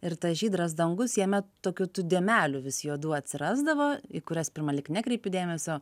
ir tas žydras dangus jame tokiu tų dėmelių vis juodų atsirasdavo į kurias pirma lyg nekreipi dėmesio